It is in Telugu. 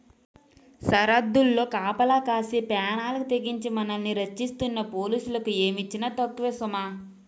సరద్దుల్లో కాపలా కాసి పేనాలకి తెగించి మనల్ని రచ్చిస్తున్న పోలీసులకి ఏమిచ్చినా తక్కువే సుమా